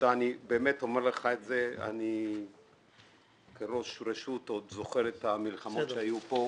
אני באמת אומר לך שעוד כראש רשות אני זוכר את המלחמות שהיו כאן